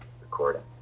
recording